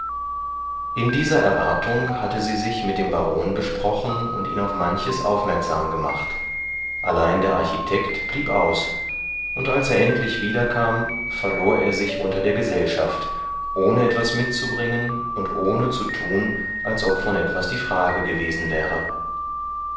in dieser erwartung hatte sie sich mit dem baron besprochen und ihn auf manches aufmerksam gemacht allein der architekt blieb aus und als er endlich wiederkam verlor er sich unter der gesellschaft ohne etwas mitzubringen und ohne zu tun als ob von etwas die frage gewesen wäre